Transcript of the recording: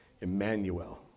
Emmanuel